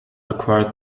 required